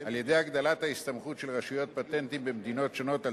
על-ידי הגדלת ההסתמכות של רשויות פטנטים במדינות שונות על